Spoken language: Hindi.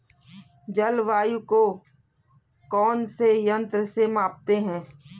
जलवायु को कौन से यंत्र से मापते हैं?